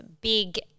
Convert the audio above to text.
Big